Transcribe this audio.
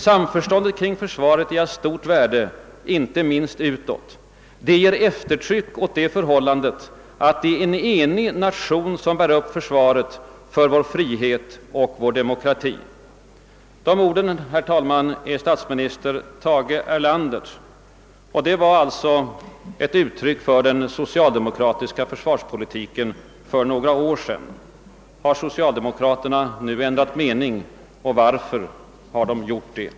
——— Samförståndet kring försvaret är av stort värde, inte minst utåt. Det ger eftertryck åt det förhållandet, att det är en enig nation som bär upp försvaret för vår frihet och vår demokrati.» Herr talman! De orden, herr talman, är statsminister Tage Erlanders. De var alltså ett uttryck för den socialdemokratiska försvarspolitiken för några år sedan. Har socialdemokraterna nu ändrat mening, och varför har de i så fall gjort det?